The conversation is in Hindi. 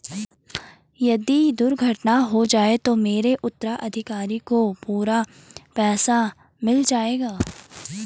यदि दुर्घटना हो जाये तो मेरे उत्तराधिकारी को पूरा पैसा मिल जाएगा?